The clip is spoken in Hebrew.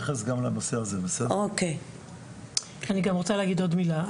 גם רוצה להגיד עוד מילה,